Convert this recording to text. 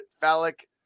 phallic